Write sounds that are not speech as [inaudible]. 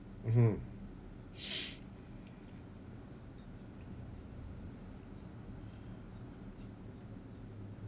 mmhmm [breath]